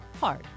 Hard